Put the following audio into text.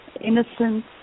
innocence